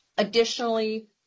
Additionally